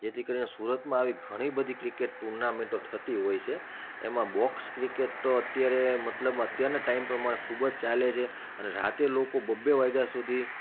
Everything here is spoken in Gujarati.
જેથી કરીને સુરતમાં આવી ઘણી બધી ક્રિકેટ ટુર્નામેન્ટો થતી હોય છે એમાં બોક્સ ક્રિકેટનો અત્યારે મતલબ અત્યારના ટાઈમ પ્રમાણે ખૂબ જ ચાલે છે અને રાતે લોકો બબે વાગ્યા સુધી